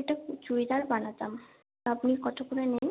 এটা চুড়িদার বানাতাম আপনি কত করে নেন